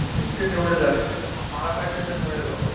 तर तुमचेच एवढे झाले तर मग मला काय त्याच्यात मिळेल हो